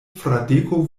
fradeko